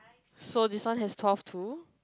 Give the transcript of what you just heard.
so this one has tough too